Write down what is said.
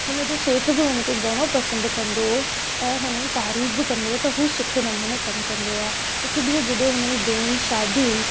हुनजो सेठ बि हुनखे घणो पसंदि कंदो हुओ ऐं हुनजी तारीफ़ बि कंदो हुओ त हू सुठे नमूने कमु कंदो आहे हिकु ॾींहुं जॾहिं हुनजे भेण जी शादी हुई